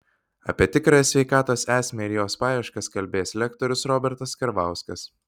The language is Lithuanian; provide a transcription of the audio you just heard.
apie tikrąją sveikatos esmę ir jos paieškas kalbės lektorius robertas karvauskas